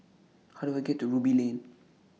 How Do I get to Ruby Lane